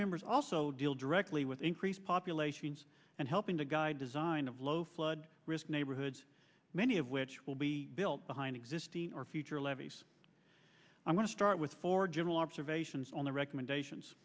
members also deal directly with increased populations and helping to guide design of low flood risk neighborhoods many of which will be built behind existing or future levees i'm going to start with four general observations on the recommendations